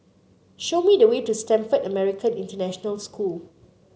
show me the way to Stamford American International School